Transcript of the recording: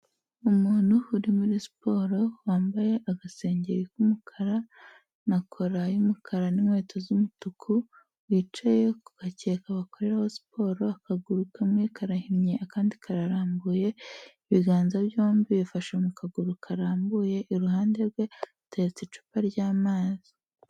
Umuntu uri muri siporo wambaye agasengeri k'umukara na kora y'umukara n'inkweto z'umutuku, wicaye ku gakeka bakorera siporo, akaguru kamwe karahinnye, akandi kararambuye, ibiganza byombi bifashe mu kaguru karambuye, iruhande rwe hatetse icupa ry'amazi.